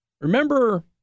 Remember